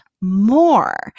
more